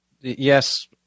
yes